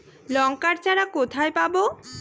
লঙ্কার চারা কোথায় পাবো?